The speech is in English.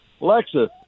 Alexa